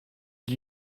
lui